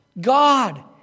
God